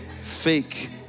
Fake